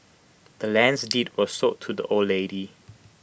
the land's deed was sold to the old lady